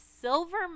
silver